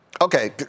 Okay